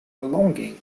belonging